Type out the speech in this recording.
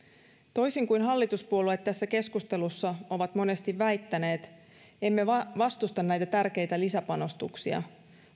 toisin kuin hallituspuolueet tässä keskustelussa ovat monesti väittäneet emme vastusta näitä tärkeitä lisäpanostuksia